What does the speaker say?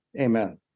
Amen